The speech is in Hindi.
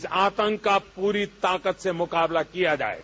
इस आरंभ का पूरी ताकत से मुकाबला किया जाएगा